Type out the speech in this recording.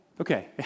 Okay